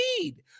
need